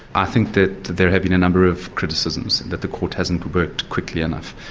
i think that there have been a number of criticisms that the court hasn't worked quickly enough.